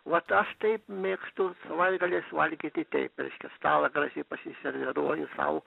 vat aš taip mėgstu savaitgaliais valgyti teip reiškia stalą gražiai pasiserviruoju sau